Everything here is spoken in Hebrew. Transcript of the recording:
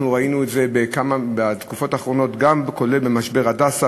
אנחנו ראינו את זה בתקופות האחרונות גם במשבר "הדסה",